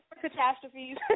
catastrophes